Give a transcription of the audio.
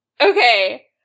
Okay